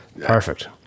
Perfect